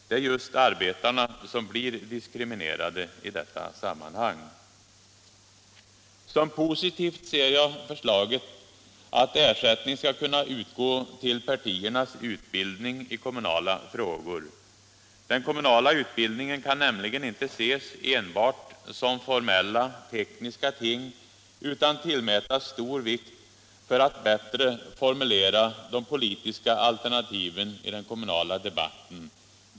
Det är just arbetarna som blir diskriminerade i detta sammanhang. Som positivt ser jag förslaget att ersättning skall kunna utgå till partiernas utbildning i kommunala frågor. Den kommunala utbildningen kan nämligen inte enbart ses som formella tekniska ting, utan måste tillmätas stor vikt för att man bättre skall kunna formulera de politiska alternativen i den kommunala debatten.